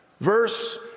Verse